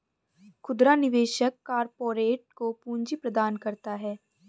खुदरा निवेशक कारपोरेट को पूंजी प्रदान करता है